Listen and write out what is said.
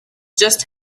just